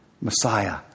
Messiah